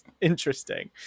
interesting